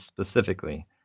specifically